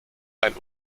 ein